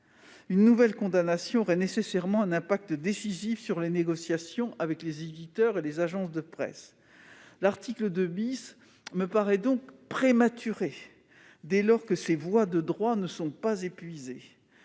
Une nouvelle condamnation aurait nécessairement un effet décisif sur les négociations avec les éditeurs et les agences de presse. L'article 2 me paraît prématuré, dès lors que toutes ces voies de droit ne sont pas épuisées.